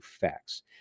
facts